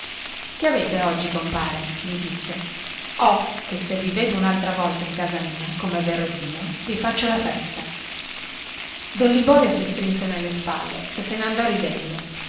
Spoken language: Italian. cosa avete oggi compare gli disse ho che se vi vedo unaltra volta in casa mia comè vero dio vi faccio la festa don liborio si strinse nelle spalle e se ne andò ridendo